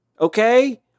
Okay